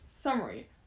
summary